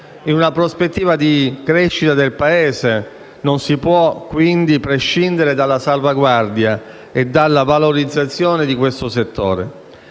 In una prospettiva di crescita del Paese non si può, quindi, prescindere dalla salvaguardia e valorizzazione di questo settore